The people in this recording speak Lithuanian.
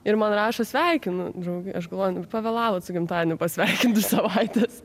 ir man rašo sveikinu draugai aš galvoju pavėlavot su gimtadieniu pasveikint savaitės